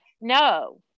no